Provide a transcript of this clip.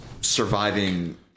surviving